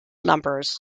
numbers